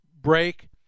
break